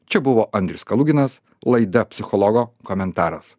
čia buvo andrius kaluginas laida psichologo komentaras